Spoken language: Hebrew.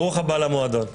ברוך הבא למועדון.